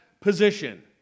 position